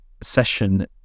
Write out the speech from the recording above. session